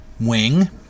Wing